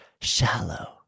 shallow